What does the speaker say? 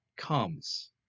comes